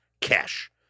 cash